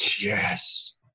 Yes